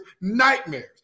nightmares